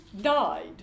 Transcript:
died